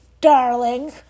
Darling